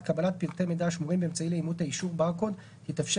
קבלת פרטי מידע השמורים באמצעי לאימות האישור (ברקוד) תתאפשר